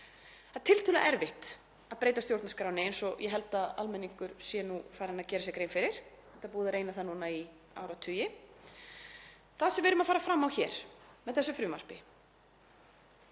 Það er tiltölulega erfitt að breyta stjórnarskránni eins og ég held að almenningur sé nú farinn að gera sér grein fyrir. Það er búið að reyna það núna í áratugi. Það sem við erum að fara fram á hér með þessu frumvarpi